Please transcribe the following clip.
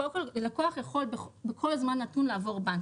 קודם כל לקוח יכול בכל זמן נתון לעבור בנק,